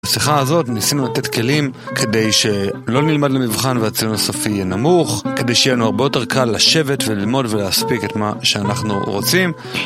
בשיחה הזאת ניסינו לתת כלים, כדי שלא נלמד למבחן והציון הסופי יהיה נמוך, כדי שיהיה לנו הרבה יותר קל לשבת וללמוד ולהספיק את מה שאנחנו רוצים